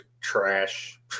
trash